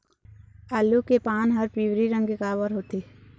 आलू के पान हर पिवरी रंग के काबर होथे?